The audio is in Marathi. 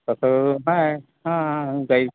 तसं हां हां काही